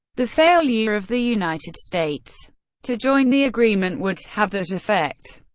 the failure of the united states to join the agreement would have that effect.